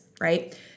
right